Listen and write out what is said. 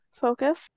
Focus